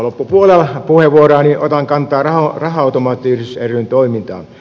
loppupuolella puheenvuoroani otan kantaa raha automaattiyhdistys ryn toimintaan